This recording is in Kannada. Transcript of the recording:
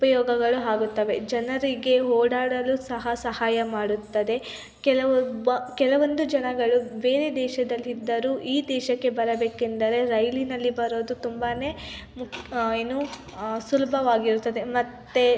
ಉಪಯೋಗಗಳು ಆಗುತ್ತವೆ ಜನರಿಗೆ ಓಡಾಡಲೂ ಸಹ ಸಹಾಯ ಮಾಡುತ್ತದೆ ಕೆಲವೊಬ್ಬ ಕೆಲವೊಂದು ಜನಗಳು ಬೇರೆ ದೇಶದಲ್ಲಿದ್ದರೂ ಈ ದೇಶಕ್ಕೆ ಬರಬೇಕೆಂದರೆ ರೈಲಿನಲ್ಲಿ ಬರೋದು ತುಂಬಾ ಮುಖ್ಯ ಏನು ಸುಲಭವಾಗಿರುತ್ತದೆ ಮತ್ತು